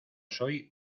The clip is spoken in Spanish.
soy